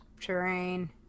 terrain